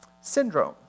Syndrome